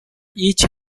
each